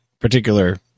particular